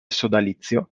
sodalizio